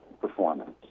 performance